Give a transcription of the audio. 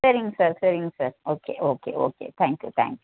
சரிங்க சார் சரிங்க sir okay okay okay thank you thank you